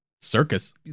Circus